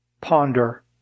ponder